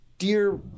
dear